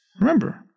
remember